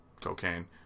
cocaine